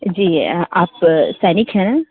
जी आप सैनिक हैं ना